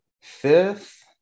Fifth